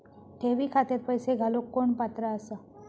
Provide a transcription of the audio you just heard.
ठेवी खात्यात पैसे घालूक कोण पात्र आसा?